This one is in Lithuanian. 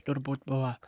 turbūt buvo